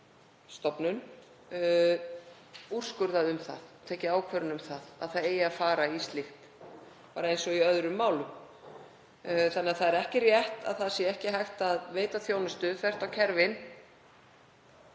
stofnun úrskurðað um það, tekið ákvörðun um að það eigi að fara í slíkt eins og í öðrum málum. Þannig að það er ekki rétt að það sé ekki hægt að veita þjónustu þvert á kerfin